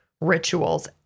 rituals